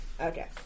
Okay